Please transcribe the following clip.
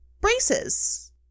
braces